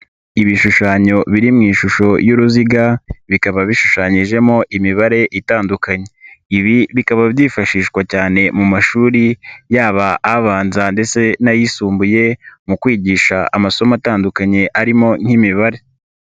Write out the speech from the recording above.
Ibishushanyo biri mu ishusho y'uruziga, bikaba bishushanyijemo imibare itandukanye, ibi bikaba byifashishwa cyane mu mashuri, yaba abanza ndetse n'ayisumbuye, mu kwigisha amasomo atandukanye arimo nk'imibare.